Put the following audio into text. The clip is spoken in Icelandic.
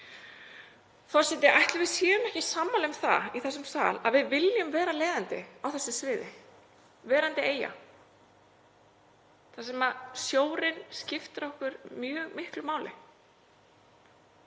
við séum ekki sammála um það í þessum sal að við viljum vera leiðandi á þessu sviði, verandi eyja, þar sem sjórinn skiptir okkur mjög miklu máli?